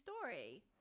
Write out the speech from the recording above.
story